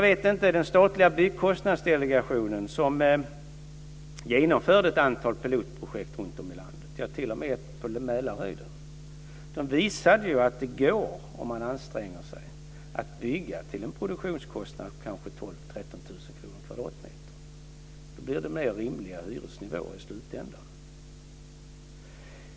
Den statliga byggkostnadsdelegationen, som genomförde ett antal pilotprojekt runtom i landet, t.o.m. ett på Mälarhöjden, visade ju att det om man anstränger sig går att bygga till en produktionskostnad på kanske 12 000-13 000 kr per kvadratmeter. Då blir det mer rimliga hyresnivåer i slutändan.